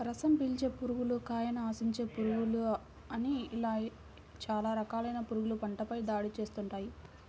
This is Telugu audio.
రసం పీల్చే పురుగులు, కాయను ఆశించే పురుగులు అని ఇలా చాలా రకాలైన పురుగులు పంటపై దాడి చేస్తుంటాయి